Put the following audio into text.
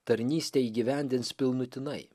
tarnystę įgyvendins pilnutinai